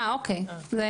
אה אוקיי, זה